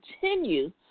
continue